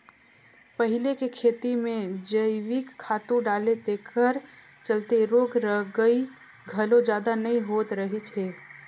पहिले के खेती में जइविक खातू डाले तेखर चलते रोग रगई घलो जादा नइ होत रहिस हे